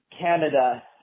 Canada